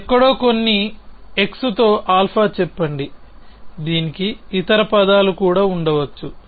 ఎక్కడో కొన్ని x తో α చెప్పండి దీనికి ఇతర పదాలు కూడా ఉండవచ్చు